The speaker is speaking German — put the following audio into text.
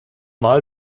mal